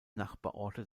nachbarorte